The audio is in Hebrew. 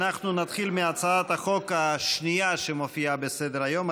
אנחנו נתחיל מהצעת החוק השנייה שמופיעה בסדר-היום.